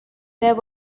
there